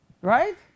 Right